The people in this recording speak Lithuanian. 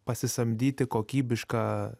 pasisamdyti kokybišką